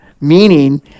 meaning